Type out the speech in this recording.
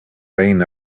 reign